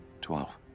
Twelve